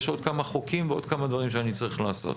יש עוד כמה חוקים ועוד כמה דברים שאני צריך לעשות.